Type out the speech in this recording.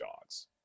dogs